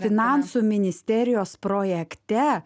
finansų ministerijos projekte